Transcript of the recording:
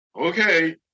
Okay